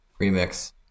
remix